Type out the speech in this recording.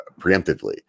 preemptively